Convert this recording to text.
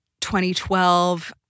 2012